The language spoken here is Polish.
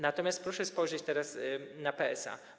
Natomiast proszę spojrzeć teraz na PSA.